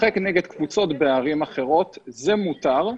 לשחק נגד קבוצות בערים אחרות זה מותר.